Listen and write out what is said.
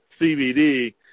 CBD